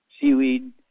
seaweed